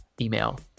email